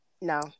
No